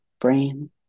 brain